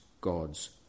God's